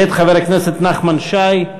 מאת חבר הכנסת נחמן שי.